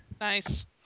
Nice